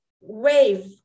wave